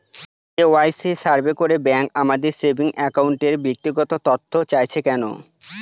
KYC survey করে bank আমাদের saving অ্যাকাউন্টের ব্যক্তিগত তথ্য চাইছে কেন?